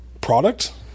product